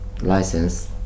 license